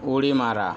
उडी मारा